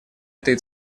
этой